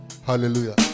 Hallelujah